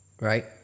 right